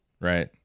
right